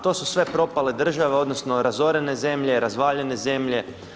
To su sve propale države, odnosno razorene zemlje, razvaljene zemlje.